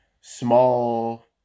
small